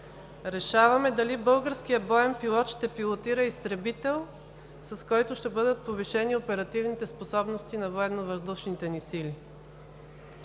Решаваме дали българският боен пилот ще пилотира изтребител, с който ще бъдат повишени оперативните способности на Военновъздушните ни сили.